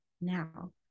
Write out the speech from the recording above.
now